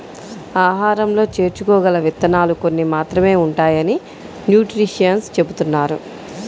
ఆహారంలో చేర్చుకోగల విత్తనాలు కొన్ని మాత్రమే ఉంటాయని న్యూట్రిషన్స్ చెబుతున్నారు